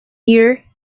year